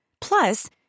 Plus